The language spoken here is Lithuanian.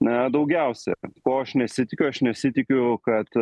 na daugiausia ko aš nesitikiu aš nesitikiu kad